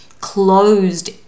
closed